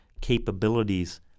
capabilities